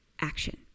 action